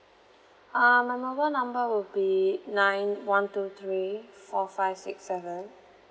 uh my mobile number will be nine one two three four five six seven